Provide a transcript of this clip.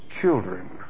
children